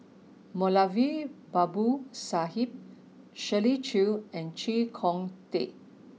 Moulavi Babu Sahib Shirley Chew and Chee Kong Tet